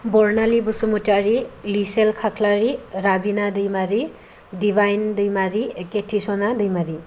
बरनालि बसुमतारि लिसेल खाख्लारि रागिना दैमारि डिवाइन दैमारि एगेति सना दैमारि